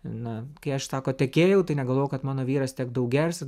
na kai aš sako tekėjau tai negalvojau kad mano vyras tiek daug gers